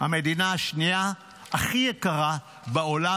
המדינה השנייה הכי יקרה בעולם,